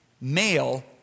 male